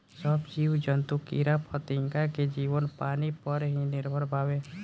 सब जीव जंतु कीड़ा फतिंगा के जीवन पानी पर ही निर्भर बावे